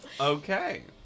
Okay